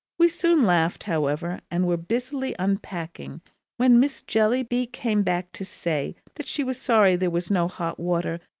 we soon laughed, however, and were busily unpacking when miss jellyby came back to say that she was sorry there was no hot water,